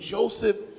Joseph